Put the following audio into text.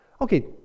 Okay